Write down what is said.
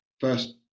first